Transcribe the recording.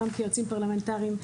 גם כיועצים פרלמנטריים,